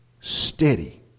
steady